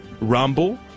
Rumble